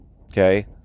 Okay